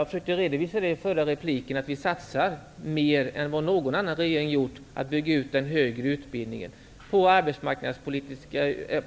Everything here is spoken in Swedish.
Jag försökte redovisa i förra repliken att vi satsar mer än vad någon annan regering har gjort på att bygga ut den högre utbildningen,